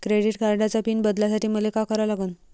Credit कार्डाचा pin बदलासाठी मले का करा लागन?